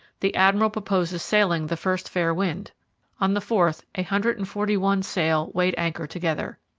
the admiral purposes sailing the first fair wind on the fourth a hundred and forty-one sail weighed anchor together.